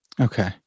Okay